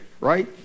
right